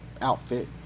outfit